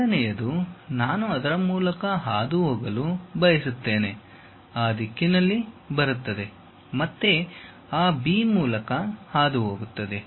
ಎರಡನೆಯದು ನಾನು ಅದರ ಮೂಲಕ ಹಾದುಹೋಗಲು ಬಯಸುತ್ತೇನೆ ಆ ದಿಕ್ಕಿನಲ್ಲಿ ಬರುತ್ತದೆ ಮತ್ತೆ ಆ ಬಿ ಮೂಲಕ ಹಾದುಹೋಗುತ್ತದೆ